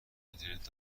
اینترنت